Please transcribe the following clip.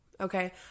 okay